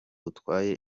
utwaye